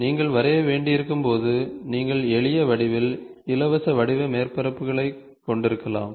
நீங்கள் வரைய வேண்டியிருக்கும் போது நீங்கள் எளிய வடிவியல் இலவச வடிவ மேற்பரப்புகளைக் கொண்டிருக்கலாம்